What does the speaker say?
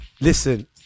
listen